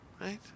Right